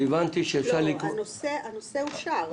הנושא אושר.